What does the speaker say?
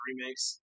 remakes